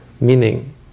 Meaning